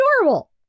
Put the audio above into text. adorable